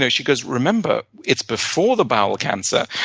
yeah she goes, remember, it's before the bowel cancer.